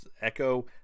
echo